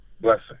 blessing